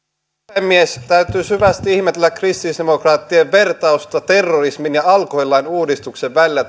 puhemies täytyy syvästi ihmetellä kristillisdemokraattien vertausta terrorismin ja alkoholilain uudistuksen välillä